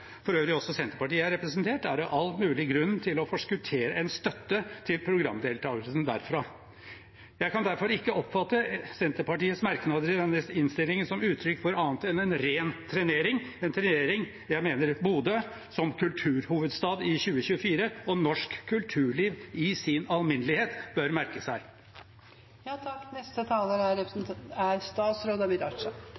for øvrig også Senterpartiet er representert, er det all mulig grunn til å forskuttere en støtte til programdeltagelsen derfra. Jeg kan derfor ikke oppfatte Senterpartiets merknader i denne innstillingen som uttrykk for annet enn en ren trenering, en trenering jeg mener Bodø som kulturhovedstad i 2024 og norsk kulturliv i sin alminnelighet bør merke